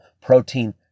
protein